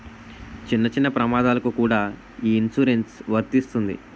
చిన్న చిన్న ప్రమాదాలకు కూడా ఈ ఇన్సురెన్సు వర్తిస్తుంది